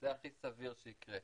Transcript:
זה הכי סביר שזה יקרה.